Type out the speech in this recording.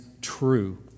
true